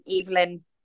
Evelyn